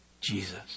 Jesus